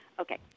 Okay